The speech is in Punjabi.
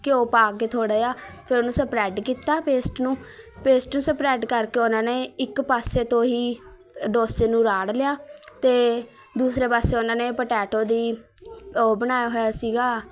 ਘਿਓ ਪਾ ਕੇ ਥੋੜ੍ਹਾ ਜਿਹਾ ਫਿਰ ਉਹਨੂੰ ਸਪਰੈਡ ਕੀਤਾ ਪੇਸਟ ਨੂੰ ਪੇਸਟ ਨੂੰ ਸਪਰੈਡ ਕਰਕੇ ਉਨ੍ਹਾਂ ਨੇ ਇੱਕ ਪਾਸੇ ਤੋਂ ਹੀ ਡੋਸੇ ਨੂੰ ਰਾੜ ਲਿਆ ਅਤੇ ਦੂਸਰੇ ਪਾਸੇ ਉਨ੍ਹਾਂ ਨੇ ਪਟੈਟੋ ਦੀ ਉਹ ਬਣਾਇਆ ਹੋਇਆ ਸੀ